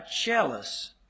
jealous